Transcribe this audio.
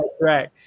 right